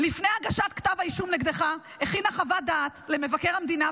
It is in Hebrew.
לפני הגשת כתב האישום נגדך הכינה חוות דעת למבקר המדינה,